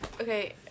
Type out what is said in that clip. Okay